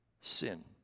sin